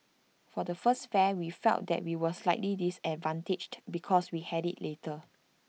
for the first fair we felt that we were slightly disadvantaged because we had IT later